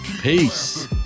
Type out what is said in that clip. Peace